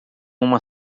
uma